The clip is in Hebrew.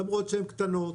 למרות שהן קטנות,